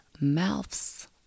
mouths